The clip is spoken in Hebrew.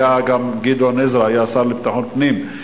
גדעון עזרא היה השר לביטחון פנים,